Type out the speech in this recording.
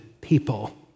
people